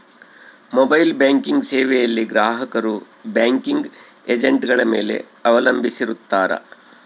mobile banking ಸೇವೆಯಲ್ಲಿ ಗ್ರಾಹಕರು banking ಏಜೆಂಟ್ಗಳ ಮೇಲೆ ಅವಲಂಬಿಸಿರುತ್ತಾರ